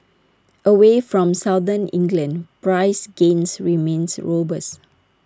away from southern England price gains remains robust